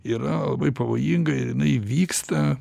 yra labai pavojingai įvyksta